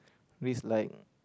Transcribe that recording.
risk like